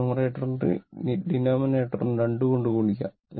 ന്യൂമറേറ്ററും ഡിനോമിനേറ്ററും 2 കൊണ്ട് ഗുണിക്കുക